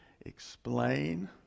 explain